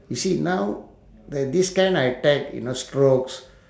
you see now the this kind attack you know strokes